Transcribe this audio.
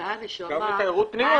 שזה הנשמה --- גם לתיירות פנים,